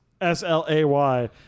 S-L-A-Y